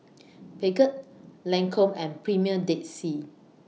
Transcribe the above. Peugeot Lancome and Premier Dead Sea